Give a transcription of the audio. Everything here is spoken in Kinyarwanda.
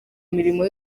mirimo